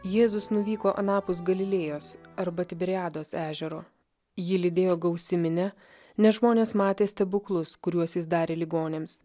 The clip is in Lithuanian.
jėzus nuvyko anapus galilėjos arba tiberiados ežero jį lydėjo gausi minia nes žmonės matė stebuklus kuriuos jis darė ligoniams